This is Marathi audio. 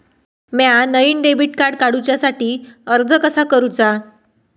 म्या नईन डेबिट कार्ड काडुच्या साठी अर्ज कसा करूचा?